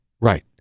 right